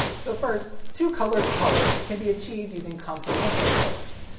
so first, two-color color can be achieved using complementary colors.